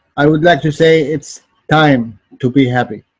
i would like to say, it's time to be happy.